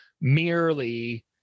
merely